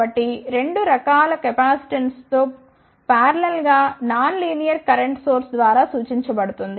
కాబట్టి డయోడ్ 2 రకాలకెపాసిటెన్స్తో పారలల్ గా నాన్ లీనియర్ కరెంట్ సోర్స్ ద్వారా సూచించబడుతుంది